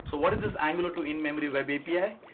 so what is is angular two in-memory web api?